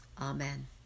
Amen